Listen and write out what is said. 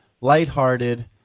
lighthearted